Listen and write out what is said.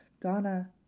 Donna